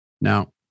Now